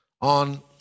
on